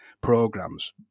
programs